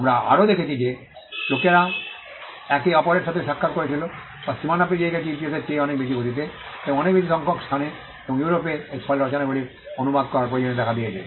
আমরা আরও দেখতে পেয়েছি যে লোকেরা একে অপরের সাথে সাক্ষাত করছিল বা সীমানা পেরিয়ে গেছে ইতিহাসের চেয়ে অনেক বেশি গতিতে এবং অনেক বেশি সংখ্যক স্থানে এবং ইউরোপে এর ফলে রচনাগুলি অনুবাদ করার প্রয়োজনীয়তা দেখা দিয়েছে